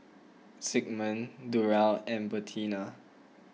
Zigmund Durell and Bertina